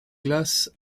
glace